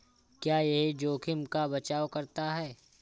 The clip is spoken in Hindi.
क्या यह जोखिम का बचाओ करता है?